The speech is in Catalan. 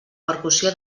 percussió